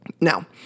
Now